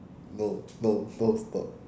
no no don't stop